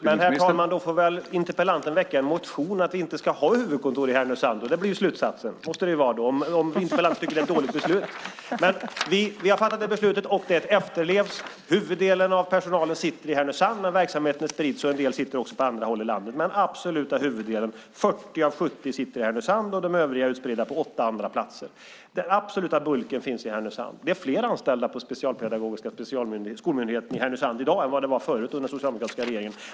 Herr talman! Interpellanten får i så fall väcka en motion att vi inte ska ha ett huvudkontor i Härnösand. Det måste vara slutsatsen om interpellanten tycker att det var ett dåligt beslut. Vi har fattat detta beslut, och det efterlevs. Huvuddelen av personalen sitter i Härnösand. Verksamheten är spridd, så en del sitter också på andra håll i landet. Men den absoluta huvuddelen, 40 av 70, sitter Härnösand, och de övriga är utspridda på åtta andra platser. Den absoluta bulken finns i Härnösand. Det är i dag fler anställda på Specialpedagogiska skolmyndigheten i Härnösand än vad det var under den socialdemokratiska regeringen.